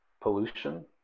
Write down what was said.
pollution